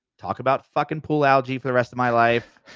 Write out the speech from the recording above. talk about fucking pool algae for the rest of my life,